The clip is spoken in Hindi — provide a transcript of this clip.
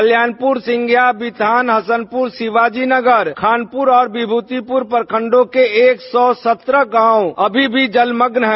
कल्याणपुर सिंधिया बिथान हसनपुर शिवाजी नगर खानपुर और विमृतिपुर प्रखंडों के एक सौ सत्रह गांव अभी भी जलमग्न हैं